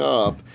up